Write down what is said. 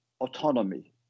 autonomy